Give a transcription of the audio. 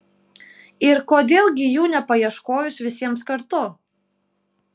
ir kodėl gi jų nepaieškojus visiems kartu